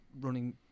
running